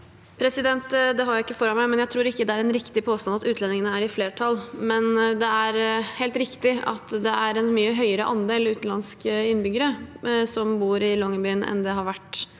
har ikke den informasjonen foran meg, men jeg tror ikke det er en riktig påstand at utlendingene er i flertall. Men det er helt riktig at det er en mye høyere andel utenlandske innbyggere som bor i Longyearbyen enn tidligere,